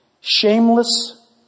shameless